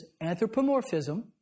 anthropomorphism